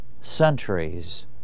centuries